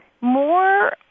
more